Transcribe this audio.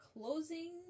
closing